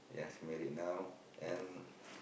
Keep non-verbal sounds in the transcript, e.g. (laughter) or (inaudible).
yes married now and (breath)